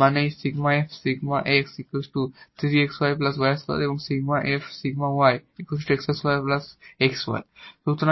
মানে এই সুতরাং